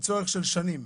צורך של שנים.